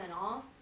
off